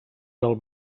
del